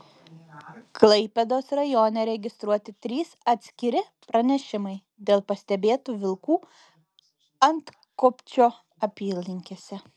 klaipėdos rajone registruoti trys atskiri pranešimai dėl pastebėtų vilkų antkopčio apylinkėse